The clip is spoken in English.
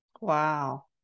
Wow